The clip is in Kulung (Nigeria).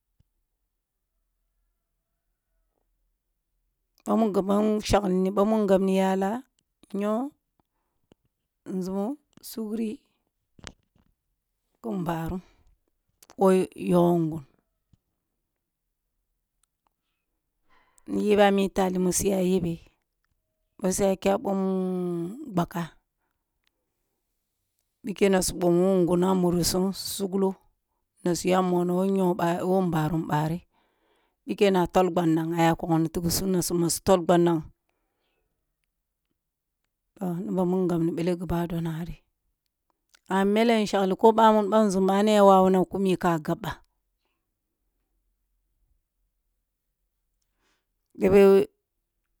Boh wun gabawun shglini boh mun gabniyi a lahh nyo, nzumo, sugri, ku nbarum, who yogoh ngun ni yebe mi tali mu saya yebe boh su ya kya bom bakka bike na sub om wo ngun a murisum suglo na siya mono who nbarum bari, biken na tol bangsan na aya kogni tigisum na suma su tol bang dang, toh nib amu ngab bele gubado nari, amma mele in shagli ko bamun ba nzum bani a wawuna kumi yi gab ba